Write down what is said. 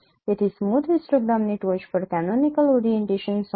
તેથી સ્મૂથ હિસ્ટોગ્રામની ટોચ પર કેનોનિકલ ઓરિએન્ટેશન સોંપો